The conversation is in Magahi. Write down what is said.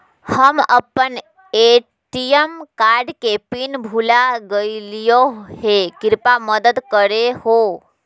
हम अप्पन ए.टी.एम कार्ड के पिन भुला गेलिओ हे कृपया मदद कर हो